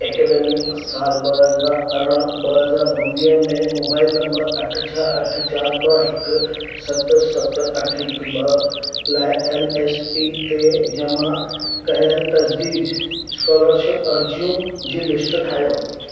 academic साल ॿ हज़ार अरड़हं ॿ हज़ार उणवीह में मोबाइल नंबर अठ छह अठ चारि ॿ हिकु सत सत अठ हिकु ॿ लाइ एन एस पी ते जमा कयलु तजदीश स्कॉलरशिप अरिजियूं जी लिस्ट ठाहियो